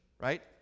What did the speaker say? right